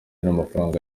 n’amafaranga